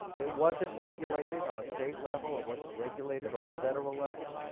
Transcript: it wasn't regulated on a state level, it wasn't regulated on a federal level,